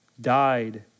died